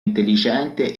intelligente